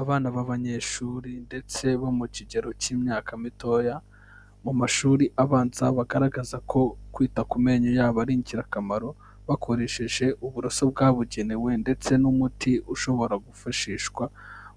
Abana b'abanyeshuri ndetse bo mu kigero cy'imyaka mitoya, mu mashuri abanza bagaragaza ko kwita ku menyo yabo ari ingirakamaro, bakoresheje uburoso bwabugenewe ndetse n'umuti ushobora gufashishwa